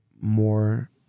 more